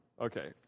Okay